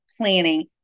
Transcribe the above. planning